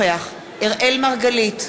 אראל מרגלית,